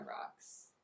rocks